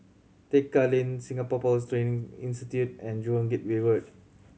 Tekka Lane Singapore Powers Training Institute and Jurong Gateway Road